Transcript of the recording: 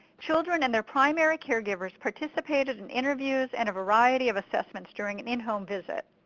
children and their primary caregivers participated in interviews and a variety of assessments during an in home visit.